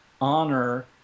honor